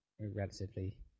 relatively